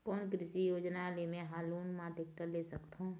कोन कृषि योजना ले मैं हा लोन मा टेक्टर ले सकथों?